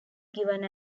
given